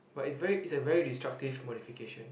but it's very it's a very destructive modification